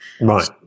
Right